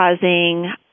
causing